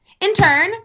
Intern